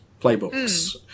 playbooks